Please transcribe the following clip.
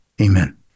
amen